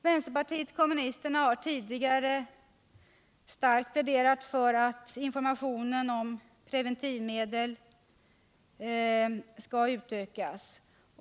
Vänsterpartiet kommunisterna har tidigare pläderat starkt för att informationen om preventivmedel skall utökas.